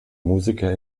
musiker